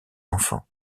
enfants